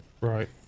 Right